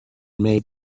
made